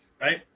right